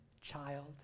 child